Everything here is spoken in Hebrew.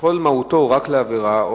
שכל מהותו רק לעבירה,